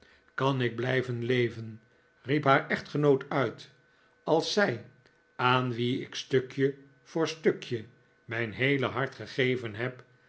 kan ik blijven leven riep haar echtgenoot uit als zij aan wie ik stukje voor stukje mijn heele hart gegeven heb